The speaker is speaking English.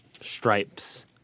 stripes